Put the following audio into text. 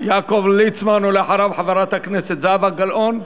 יעקב ליצמן, ואחריו, חברת הכנסת זהבה גלאון,